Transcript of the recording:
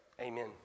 Amen